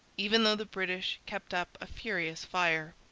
even though the british kept up a furious fire.